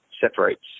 separates